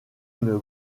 une